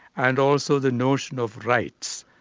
and also the notion of rights,